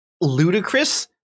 ludicrous